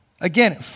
Again